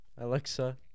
Alexa